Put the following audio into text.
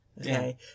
okay